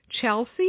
Chelsea